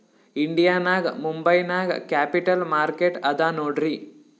India ನಾಗ್ ಮುಂಬೈ ನಾಗ್ capital market ಅದಾ ನೋಡ್ರಿ